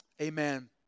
Amen